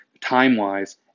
time-wise